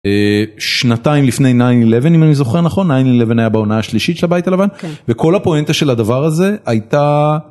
אה... שנתיים לפני 9-11, אם אני זוכר נכון, 9-11 היה בעונה השלישית של הבית הלבן, -כן. וכל הפואנטה של הדבר הזה, הייתה...